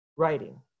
writing